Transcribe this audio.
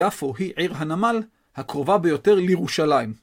יפו היא עיר הנמל הקרובה ביותר לירושלים.